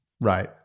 Right